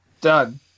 Done